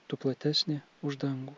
tu platesnė už dangų